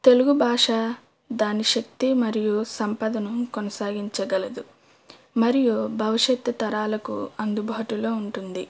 తెలుగు భాష దాని శక్తి మరియు సంపదను కొనసాగించగలదు మరియు భవిష్యత్తు తరాలకు అందుబాటులో ఉంటుంది